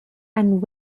and